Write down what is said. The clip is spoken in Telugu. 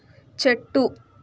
చెట్టు